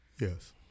yes